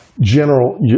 General